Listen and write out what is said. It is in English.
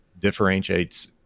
differentiates